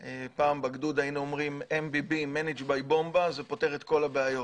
פעם בגדוד היינו אומרים: MBB Manage by Bomba זה פותר את כל הבעיות.